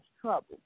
trouble